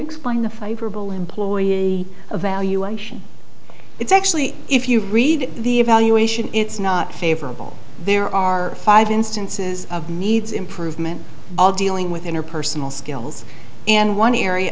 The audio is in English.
explain the favorable employee evaluation it's actually if you read the evaluation it's not favorable there are five instances of needs improvement all dealing with interpersonal skills and one area